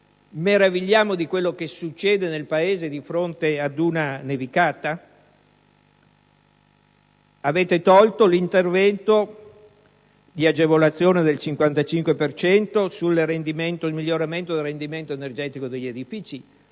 meravigliamo di quello che succede nel Paese di fronte ad una nevicata? Avete eliminato l'intervento di agevolazione del 55 per cento sul miglioramento del rendimento energetico degli edifici,